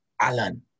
Alan